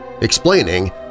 explaining